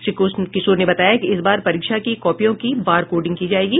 श्री किशोर ने बताया कि इस बार परीक्षा की कॉपियों की बार कोडिंग की जायेगी